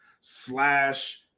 slash